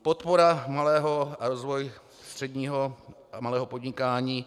Podpora malého a rozvoj středního a malého podnikání.